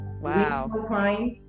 Wow